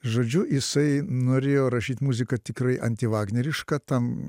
žodžiu jisai norėjo rašyt muziką tikrai antivagnerišką tam